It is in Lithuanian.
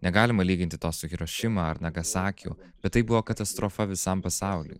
negalima lyginti to su hirošima ar nagasakiu bet tai buvo katastrofa visam pasauliui